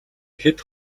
хэд